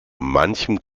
manchem